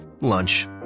lunch